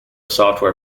software